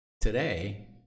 today